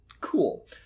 cool